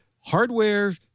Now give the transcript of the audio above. hardware